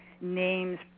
names